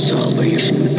Salvation